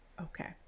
Okay